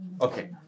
Okay